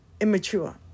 Immature